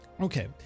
Okay